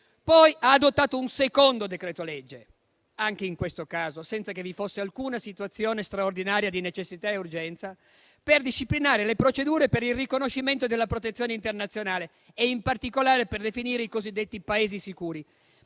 Poi ha adottato un secondo decreto-legge, anche in questo caso senza che vi fosse alcuna situazione straordinaria di necessità e urgenza, per disciplinare le procedure per il riconoscimento della protezione internazionale e, in particolare, per definire i cosiddetti Paesi sicuri.